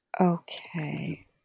Okay